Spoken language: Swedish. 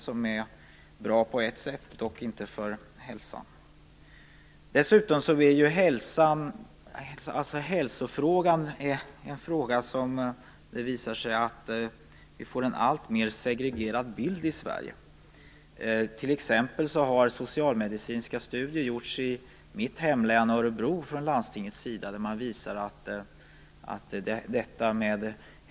Det är bra på ett sätt, dock inte för hälsan. När det gäller hälsofrågan blir det alltmer segregerat i Sverige. Socialmedicinska studier från landstingets sida har t.ex. gjorts i mitt hemlän, Örebro.